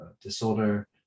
disorder